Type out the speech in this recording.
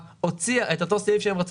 בשיווק.